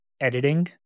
editing